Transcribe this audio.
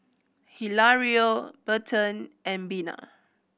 Hilario Berton and Bina